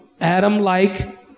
Adam-like